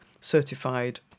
certified